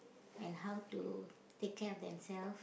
and how to take care of themselves